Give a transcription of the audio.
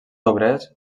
obrers